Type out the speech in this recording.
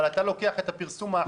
אתה לוקח את הפרסום האחרון של השנה.